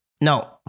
No